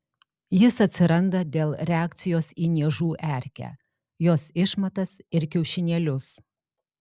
jis atsiranda dėl reakcijos į niežų erkę jos išmatas ir kiaušinėlius